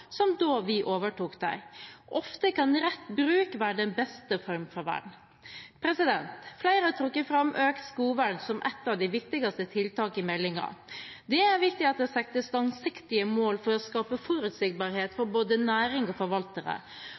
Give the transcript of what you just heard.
som da vi overtok. Ofte kan rett bruk være den beste form for vern. Flere har trukket fram økt skogvern som et av de viktigste tiltakene i meldingen. Det er viktig at det settes langsiktige mål for å skape forutsigbarhet for både næring og forvaltere.